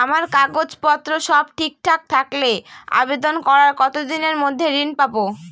আমার কাগজ পত্র সব ঠিকঠাক থাকলে আবেদন করার কতদিনের মধ্যে ঋণ পাব?